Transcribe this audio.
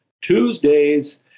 Tuesdays